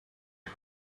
dem